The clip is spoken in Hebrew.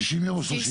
שישים או שלושים יום?